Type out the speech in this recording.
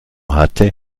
hatte